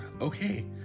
Okay